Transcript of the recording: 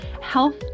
health